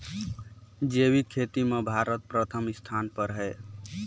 जैविक खेती म भारत प्रथम स्थान पर हे